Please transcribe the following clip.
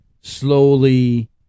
slowly